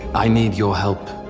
i need your help.